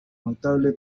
notable